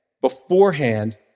Beforehand